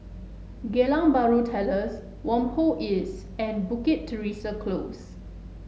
Geylang Bahru Terrace Whampoa East and Bukit Teresa Close